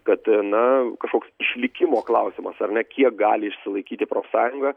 kad na kažkoks išlikimo klausimas ar ne kiek gali išsilaikyti profsąjunga